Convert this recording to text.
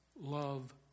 love